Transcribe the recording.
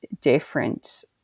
different